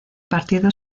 partido